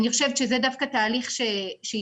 אני חושבת שזה דווקא תהליך שהתבצע